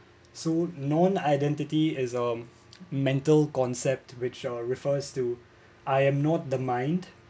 so non identity is a mental concept which refers to I am not the mind